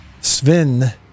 Sven